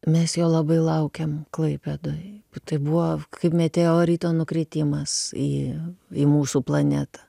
mes jo labai laukėm klaipėdoj tai buvo kaip meteorito nukritimas į į mūsų planetą